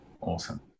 Awesome